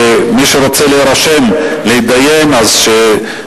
מי שרוצה להירשם לדיון, בבקשה.